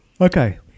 Okay